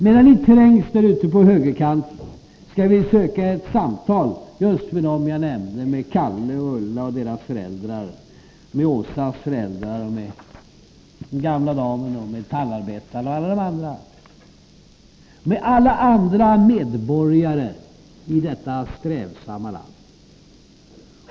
Medan ni trängs där ute på högerkanten skall vi söka få till stånd samtal med just dem jag nämnde: med Kalle, Ulla och deras föräldrar, med Åsas föräldrar, med den gamla damen, metallarbetaren och med alla andra medborgare i detta strävsamma land.